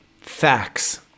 facts